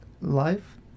life